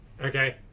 Okay